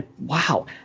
Wow